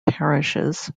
parishes